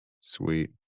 Sweet